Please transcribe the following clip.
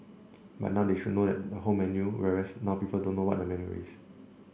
but they should know what the whole menu is whereas now people don't know what the menu is